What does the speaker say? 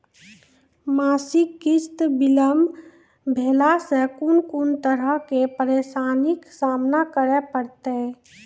मासिक किस्त बिलम्ब भेलासॅ कून कून तरहक परेशानीक सामना करे परतै?